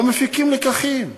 לא מפיקים לקחים,